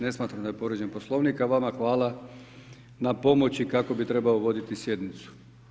Ne smatram da je povrijeđen Poslovnik, a vama hvala na pomoći kako bi trebao voditi sjednicu.